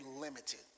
limited